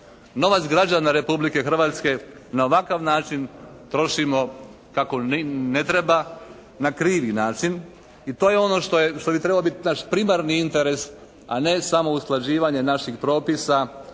novac građana Republike Hrvatske na ovakav način trošimo kako ne treba, na krivi način. I to je ono što je, što bi trebalo biti naš primarni interes, a ne samo usklađivanje naših propisa